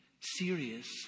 serious